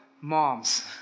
moms